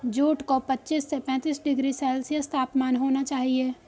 jute को पच्चीस से पैंतीस डिग्री सेल्सियस तापमान चाहिए